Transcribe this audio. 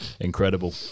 Incredible